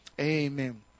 Amen